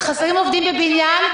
חסרים עובדים בבניין,